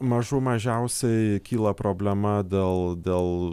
mažų mažiausiai kyla problema dėl dėl